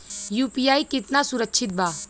UPI कितना सुरक्षित बा?